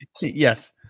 Yes